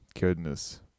goodness